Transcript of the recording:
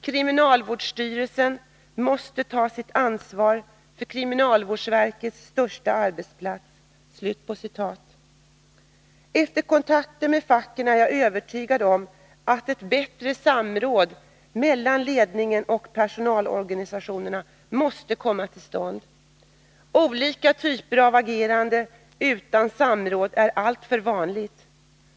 Kriminalvårdsstyrelsen måste ta sitt ansvar för kriminalvårdsverkets största arbetsplats.” Efter kontakten med facket är jag övertygad om att ett bättre samråd Nr 86 mellan ledningen och personalorganisationerna måste komma till stånd. Måndagen den Olika typer av agerande utan samråd är alltför vanligt.